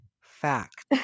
fact